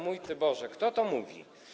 Mój Boże, kto to mówi?